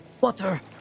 water